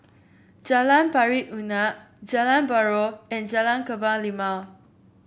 Jalan Pari Unak Jalan Buroh and Jalan Kebun Limau